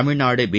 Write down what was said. Tamil Nadu B